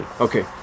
Okay